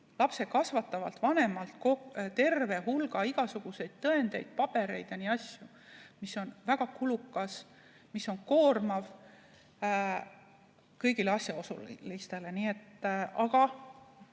last kasvatavalt vanemalt terve hulga igasuguseid tõendeid, pabereid ja muud. See on väga kulukas ja koormav kõigile asjaosalistele.